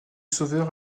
sauveur